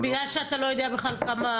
בגלל שאתה לא יודע בכלל כמה כלים יש?